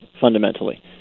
fundamentally